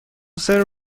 سرو